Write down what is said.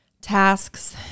Tasks